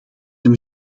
hem